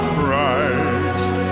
Christ